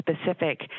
specific